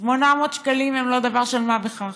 800 שקלים הם לא דבר של מה בכך,